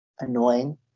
annoying